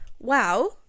wow